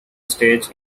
stage